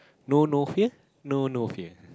no no fear no no fear